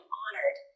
honored